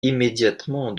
immédiatement